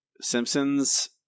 Simpsons